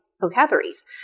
vocabularies